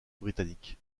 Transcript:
britannique